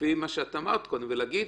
לפי מה שאמרת קודם, ולהגיד: